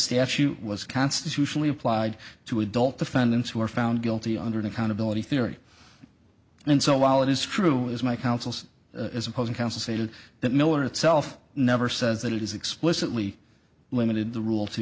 statute was constitutionally applied to adult defendants who are found guilty under an accountability theory and so while it is true is my counsel's as opposing counsel stated that miller itself never says that it is explicitly limited the rule t